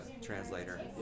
translator